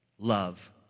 love